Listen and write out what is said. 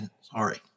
Sorry